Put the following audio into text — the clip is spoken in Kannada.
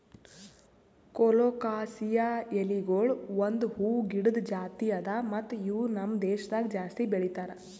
ಕೊಲೊಕಾಸಿಯಾ ಎಲಿಗೊಳ್ ಒಂದ್ ಹೂವು ಗಿಡದ್ ಜಾತಿ ಅದಾ ಮತ್ತ ಇವು ನಮ್ ದೇಶದಾಗ್ ಜಾಸ್ತಿ ಬೆಳೀತಾರ್